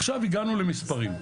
עכשיו הגענו למספרים,